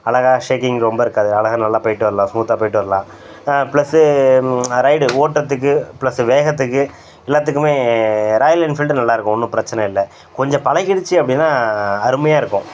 அழகா ஷேக்கிங் ரொம்ப இருக்காது அழகா நல்லா போயிட்டு வரலாம் ஸ்மூத்தாக போயிட்டு வரலாம் ப்ளஸ்ஸு ரைடு ஓட்டுறதுக்கு ப்ளஸ்ஸு வேகத்துக்கு எல்லாத்துக்குமே ராயல் என்ஃபீல்டு நல்லாயிருக்கும் ஒன்றும் பிரச்சனை இல்லை கொஞ்சம் பழகிடுச்சி அப்படின்னா அருமையாக இருக்கும்